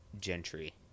gentry